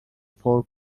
four